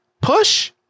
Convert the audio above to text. Push